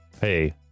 Hey